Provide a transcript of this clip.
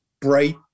bright